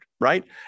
right